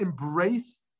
embrace